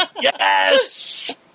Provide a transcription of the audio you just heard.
Yes